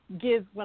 give –